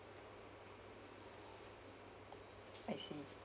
I see